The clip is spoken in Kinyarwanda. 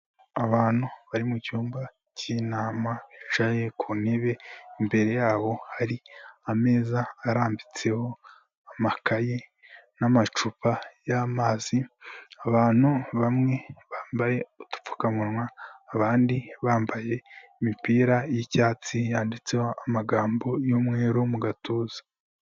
Abantu bari mu cyumba cy'inama bicaye ku ntebe, imbere yabo hari ameza arambitseho amakaye n'amacupa y'amazi, abantu bamwe bambaye udupfukamunwa, abandi bambaye imipira y'icyatsi yanditseho amagambo y'umweru mu gatuza.